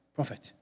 Prophet